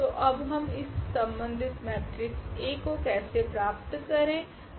तो अब इस संबन्धित मेट्रिक्स A को कैसे प्राप्त करेगे